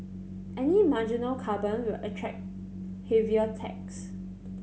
any marginal carbon will attract heavier tax